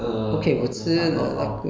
eh 我讲什么 ah